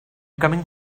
coming